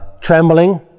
trembling